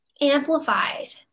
amplified